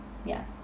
ya